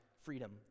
freedom